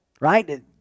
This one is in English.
right